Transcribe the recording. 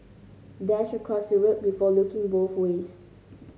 dash across the road before looking both ways